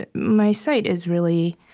ah my site is really